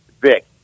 Vic